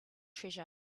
treasure